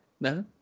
No